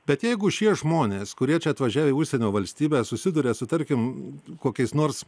bet jeigu šie žmonės kurie čia atvažiavę į užsienio valstybę susiduria su tarkim kokiais nors